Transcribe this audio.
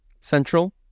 Central